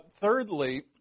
Thirdly